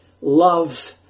love